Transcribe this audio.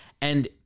And-